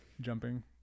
jumping